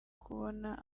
kubona